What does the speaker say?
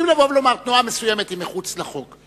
יכולים לבוא ולומר: תנועה מסוימת היא מחוץ לחוק.